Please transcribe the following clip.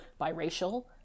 biracial